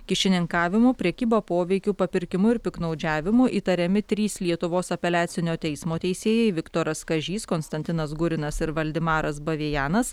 kyšininkavimu prekyba poveikiu papirkimu ir piktnaudžiavimu įtariami trys lietuvos apeliacinio teismo teisėjai viktoras kažys konstantinas gurinas ir valdemaras bavejanas